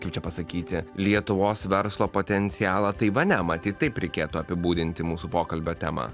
kaip čia pasakyti lietuvos verslo potencialą taivane matyt taip reikėtų apibūdinti mūsų pokalbio temą